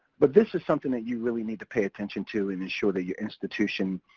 but this is something that you really need to pay attention to and ensure that your institution,